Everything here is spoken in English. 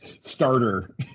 starter